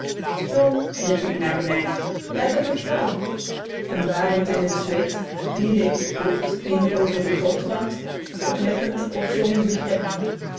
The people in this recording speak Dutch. john riep ik naar benee let op het touw en badend in t zweet vierde ik het koord hing over den gootrand oplettend of